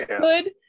good